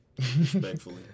Thankfully